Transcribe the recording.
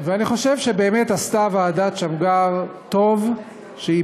ואני חושב שבאמת טוב עשתה ועדת שמגר שביטלה